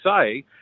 say